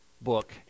book